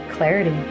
clarity